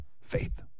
Faith